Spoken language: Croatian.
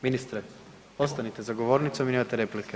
Ministre, ostanite za govornicom, imate replike.